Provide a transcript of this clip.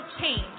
change